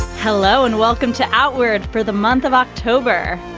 hello and welcome to outward for the month of october.